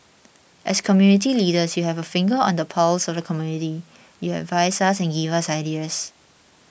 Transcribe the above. as community leaders you have a finger on the pulse of the community you advise us and give us ideas